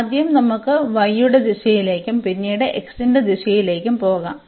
അതിനാൽ ആദ്യം നമുക്ക് y യുടെ ദിശയിലേക്കും പിന്നീട് x ന്റെ ദിശയിലേക്കും പോകാം